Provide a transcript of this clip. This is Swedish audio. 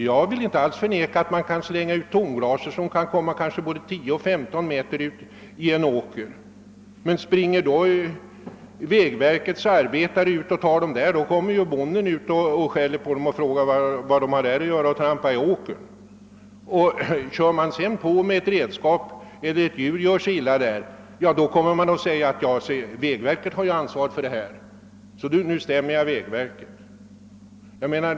Jag vill inte alls förneka att folk kan slänga tomglas, så att de hamnar kanske 10—1535 meter in på en åker, men om vägverkets arbetare går och hämtar flaskorna där, kommer nog bonden att undra varför de trampar i hans åker. Om å andra sidan någon maskin eller redskap skadas av utkastade föremål eller något djur gör sig illa på dem, kommer det att hävdas att det är vägverket som har ansvaret, varför man stämmer vägverket.